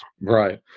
Right